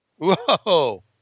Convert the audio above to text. Whoa